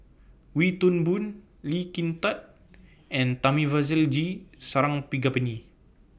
Wee Toon Boon Lee Kin Tat and Thamizhavel G Sarangapani